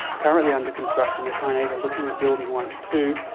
currently under construction. the chinese are looking at building one too.